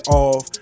off